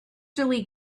lee